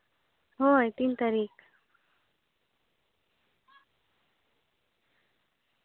ᱦᱳᱭ ᱛᱤᱱ ᱛᱟ ᱨᱤᱠᱷ